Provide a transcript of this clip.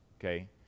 Okay